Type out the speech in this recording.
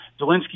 Zelensky